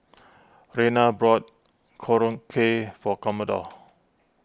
Rayna bought Korokke for Commodore